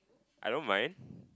I don't mind